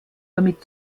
damit